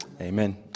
Amen